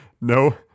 no